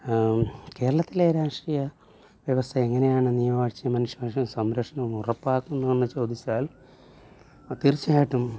കേരളത്തിലെ രാഷ്ട്രീയ വ്യവസ്ഥ എങ്ങനെയാണ് നിയമവാഴ്ച്ചയെ മനുഷ്യവകാശ സംരക്ഷണം ഉറപ്പാക്കുന്നതെന്ന് ചോദിച്ചാൽ തീർച്ചയായിട്ടും